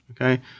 Okay